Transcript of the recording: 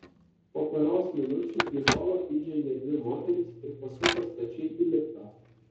po poros minučių į holą įžengė dvi moterys ir pasuko stačiai į liftą